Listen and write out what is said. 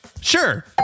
Sure